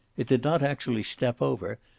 it did not actually step over,